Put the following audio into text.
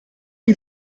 chi